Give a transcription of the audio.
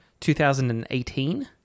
2018